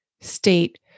state